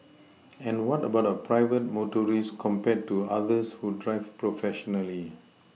and what about a private motorist compared to others who drive professionally